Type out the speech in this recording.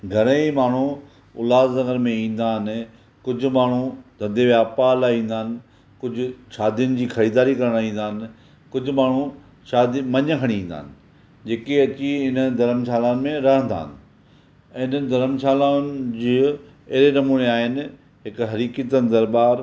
घणे ई माण्हू उल्हासनगर में ईंदा आहिनि कुझु माण्हू धंधे वापार लाइ ईंदा आहिनि कुझु शादियुनि जी ख़रीददारी करणु ईंदा आहिनि कुझु माण्हू शादी मञ खणी ईंदा आहिनि जेके अची हिन धर्मशाला में रहंदा आहिनि ऐं हिननि धर्मशालाउनि जे अहिड़े नमूने आहिनि हिकु हरी कीर्तन दरबार